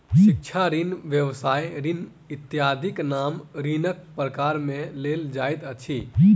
शिक्षा ऋण, व्यवसाय ऋण इत्यादिक नाम ऋणक प्रकार मे लेल जाइत अछि